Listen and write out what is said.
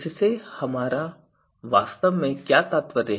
इससे हमारा वास्तव में क्या तात्पर्य है